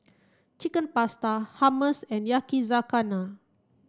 Chicken Pasta Hummus and Yakizakana